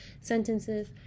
sentences